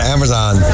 Amazon